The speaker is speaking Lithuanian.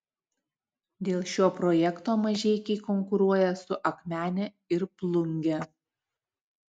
dėl šio projekto mažeikiai konkuruoja su akmene ir plunge